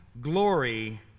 glory